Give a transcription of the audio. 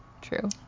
true